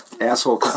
Asshole